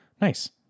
Nice